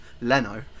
Leno